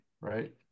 right